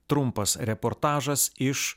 trumpas reportažas iš